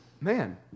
man